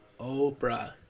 Oprah